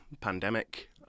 pandemic